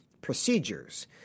procedures